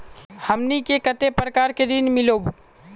हमनी के कते प्रकार के ऋण मीलोब?